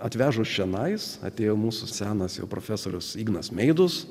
atvežus čionai atėjo mūsų senas profesorius ignas meidus